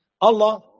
Allah